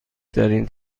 ترین